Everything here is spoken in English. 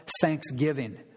thanksgiving